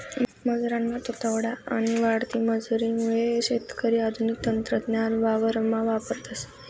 मजुरना तुटवडा आणि वाढती मजुरी मुये शेतकरी आधुनिक तंत्रज्ञान वावरमा वापरतस